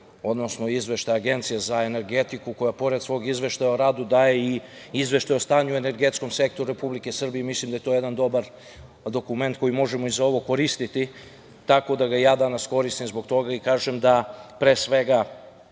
odnosno Izveštaj Agencije za energetiku, koja pored svog izveštaja o radu daje i izveštaj o stanju u energetskom sektoru Republike Srbije. Mislim da je to jedan dobar dokument koji možemo i za ovo koristiti, tako da ga i ja danas koristim. Zbog toga i kažem da, pre svega,